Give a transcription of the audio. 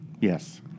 Yes